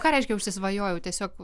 ką reiškia užsisvajojau tiesiog